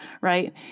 right